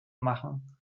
machen